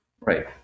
Right